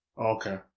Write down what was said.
Okay